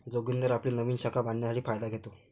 जोगिंदर आपली नवीन शाखा बांधण्यासाठी फायदा घेतो